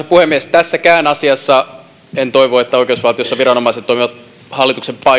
puhemies tässäkään asiassa en toivo että oikeusvaltiossa viranomaiset toimivat hallituksen